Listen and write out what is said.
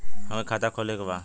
हमके खाता खोले के बा?